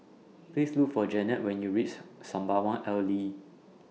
Please Look For Jennette when YOU REACH Sembawang Alley